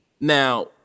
Now